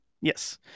Yes